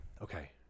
okay